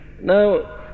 Now